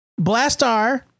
Blastar